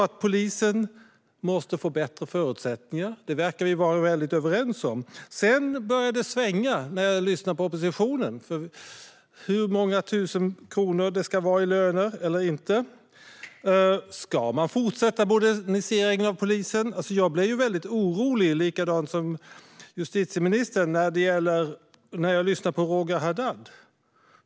Att polisen måste få bättre förutsättningar verkar vi vara väldigt överens om. När jag sedan lyssnar på oppositionen gällande hur många tusen kronor det ska vara i lön eller inte börjar det dock svänga. Ska man fortsätta moderniseringen av polisen? Jag blir precis som justitieministern väldigt orolig när jag lyssnar på Roger Haddad.